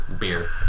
beer